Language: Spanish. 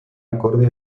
acorde